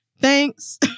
Thanks